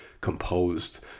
composed